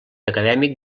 acadèmic